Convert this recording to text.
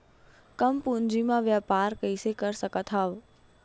कम पूंजी म व्यापार कइसे कर सकत हव?